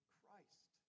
Christ